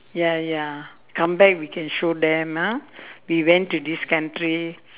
ya ya come back we can show them ah we went to this country